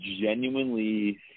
genuinely